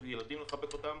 יש לי ילדים לחבק אותם,